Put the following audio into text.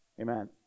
Amen